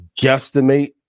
guesstimate